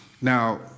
Now